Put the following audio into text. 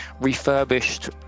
refurbished